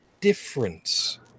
difference